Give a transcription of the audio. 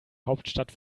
hauptstadt